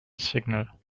signal